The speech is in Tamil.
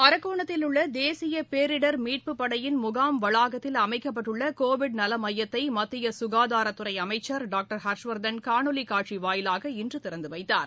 அரக்கோணத்தில் உள்ளதேசியபேரிடர் மீட்புப்படையின் வளாகத்தில் முகாம் அமைக்கப்பட்டுள்ளகோவிட் நலமையத்தைமத்தியசுகாதாரத்துறைஅமைச்சர் டாக்டர் ஹர்ஷ்வர்தன் காணொலிக் காட்சிவாயிலாக இன்றுதிறந்துவைத்தார்